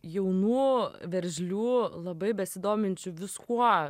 jaunų veržlių labai besidominčių viskuo